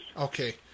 okay